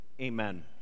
Amen